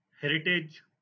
heritage